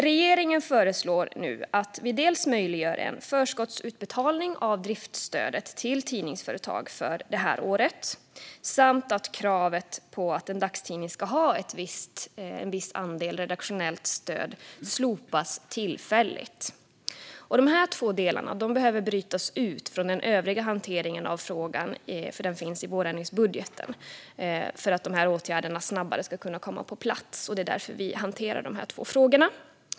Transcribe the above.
Regeringen föreslår nu dels att vi möjliggör en förskottsutbetalning av driftsstödet till tidningsföretag för det här året, dels att kravet på att en dagstidning ska ha en viss andel eget redaktionellt innehåll tillfälligt slopas. Dessa två delar behöver brytas ut från den övriga hanteringen av frågan, som finns i vårändringsbudgeten, för att åtgärderna snabbare ska kunna komma på plats. Det är därför vi hanterar dessa två frågor.